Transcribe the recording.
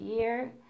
year